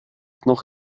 noch